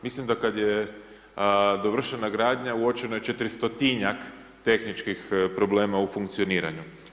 Mislim da kad je dovršena gradanja uočeno je 400-tinjak tehničkih problema u funkcioniranju.